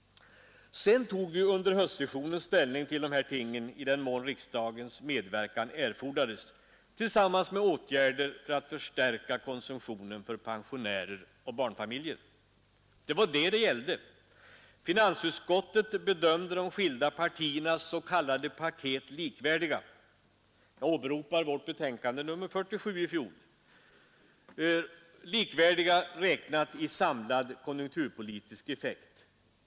Sedan tog vi under höstsessionen ställning till dessa ting i den mån riksdagens medverkan erfordrades, tillsammans med åtgärder för att förstärka konsumtionen för pensionärer och barnfamiljer. Det var detta det gällde. Finansutskottet bedömde de skilda partiernas s.k. paket som likvärdiga jag åberopar vårt betänkande nr 47 i fjol räknat i samlad konjunkturpolitisk effekt.